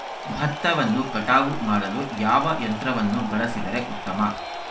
ಭತ್ತವನ್ನು ಕಟಾವು ಮಾಡಲು ಯಾವ ಯಂತ್ರವನ್ನು ಬಳಸಿದರೆ ಉತ್ತಮ?